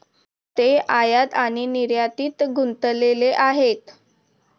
ते आयात आणि निर्यातीत गुंतलेले आहेत